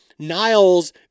Niles